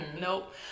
Nope